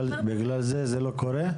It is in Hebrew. בגלל זה זה לא קורה?